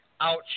Ouch